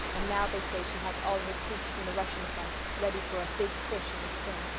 and now they say she has all her troops from the russian front ready for a big push in the spring.